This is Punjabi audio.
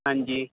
ਹਾਂਜੀ